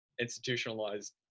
institutionalized